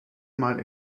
mal